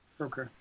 Okay